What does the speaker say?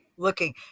looking